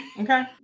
okay